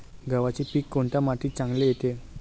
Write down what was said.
गव्हाचे पीक कोणत्या मातीत चांगले येते?